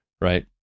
right